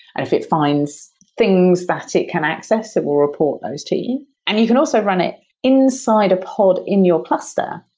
and if it finds things that it can access, it will report those to you. and you can also run it inside a pod in your cluster,